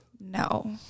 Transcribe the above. No